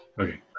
okay